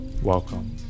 Welcome